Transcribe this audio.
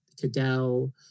Cadell